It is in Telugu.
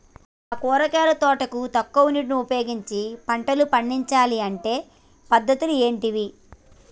మా కూరగాయల తోటకు తక్కువ నీటిని ఉపయోగించి పంటలు పండించాలే అంటే పద్ధతులు ఏంటివి?